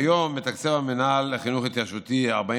כיום מתקצב המינהל לחינוך ההתיישבותי 44